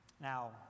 Now